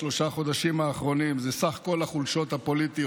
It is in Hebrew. מה שאני רואה בשלושת החודשים האחרונים זה סך כל החולשות הפוליטיות